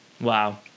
Wow